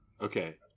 Okay